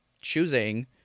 choosing